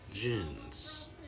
Gins